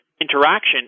interaction